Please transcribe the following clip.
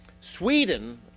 Sweden